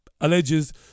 alleges